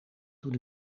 toen